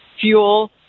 Fuel